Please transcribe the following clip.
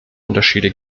unterschiede